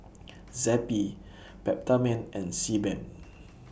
Zappy Peptamen and Sebamed